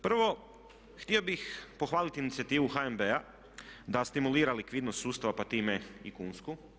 Prvo htio bih pohvaliti inicijativu HNB-a da stimulira likvidnost sustava pa time i kunsku.